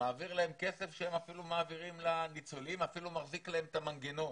מעביר להם כסף שהם אפילו מעבירים לניצולים ואפילו מחזיק להם את המנגנון.